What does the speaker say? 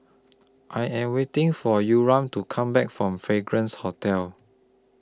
I Am waiting For Yurem to Come Back from Fragrance Hotel